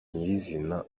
nyirizina